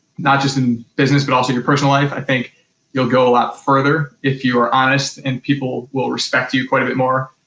not just in business but also your personal life. i think you'll go a lot further if you are honest, and people will respect you you quite a bit more